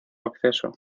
acceso